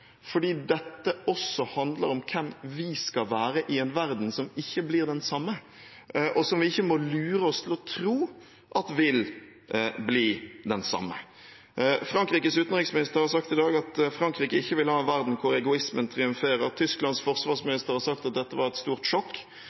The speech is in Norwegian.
fordi dette også handler om hvem vi skal være i en verden som ikke blir den samme, og som vi ikke må lure oss selv til å tro vil bli den samme. Frankrikes utenriksminister har sagt i dag at Frankrike ikke vil ha en verden hvor egoismen triumferer. Tysklands forsvarsminister har sagt at dette var et stort sjokk.